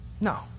No